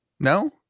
No